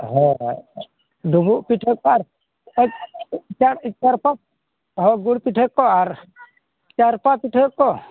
ᱦᱳᱭ ᱰᱩᱵᱩᱜ ᱯᱤᱴᱷᱟᱹ ᱠᱚ ᱟᱨ ᱮᱥᱠᱟᱨ ᱮᱥᱠᱟᱨ ᱫᱚ ᱜᱩᱲ ᱯᱤᱴᱷᱟᱹ ᱠᱚ ᱪᱟᱨᱯᱟ ᱯᱤᱴᱷᱟᱹ ᱠᱚ